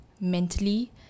mentally